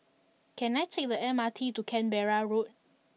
can i take the M R T to Canberra Road